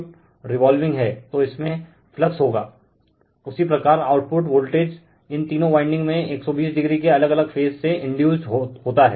refer time 0219उसी प्रकार output voltage इन तीनो वाइंडिग में 120o के अलग अलग फेज से इंडयुसड होता हैं